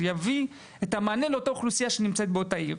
שיביא את המענה לאותה אוכלוסייה שנמצאת באותה העיר.